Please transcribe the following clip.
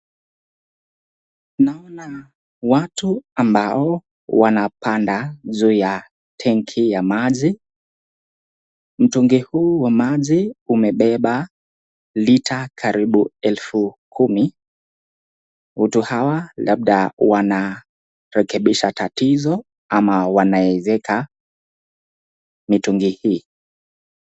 Naona watu ambao wanapanda juu ya tenki ya maji. Mtungi huu wa maji umebeba lita karibu elfu kumi. Watu hawa labda wanarekebisha tatizo ama wanaezeka mitungi hii.